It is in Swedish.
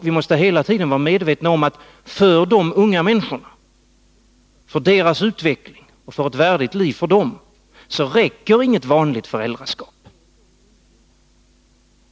Vi måste hela tiden vara medvetna om att för dessa unga människor och deras utveckling till ett värdigt liv räcker inte något vanligt föräldraskap.